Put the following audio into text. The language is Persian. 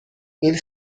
این